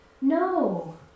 No